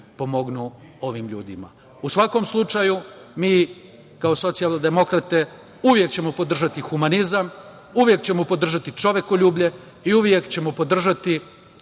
pomognu ovim ljudima.U svakom slučaju, mi kao socijaldemokrate uvek ćemo podržati humanizam, uvek ćemo podržati čovekoljublje i uvek ćemo podržati